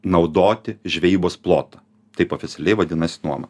naudoti žvejybos plotą taip oficialiai vadinasi nuoma